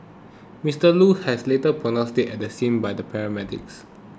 Mister Loo has later pronounced dead at the scene by the paramedics